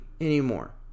anymore